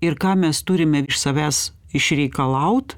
ir ką mes turime iš savęs išreikalaut